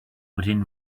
within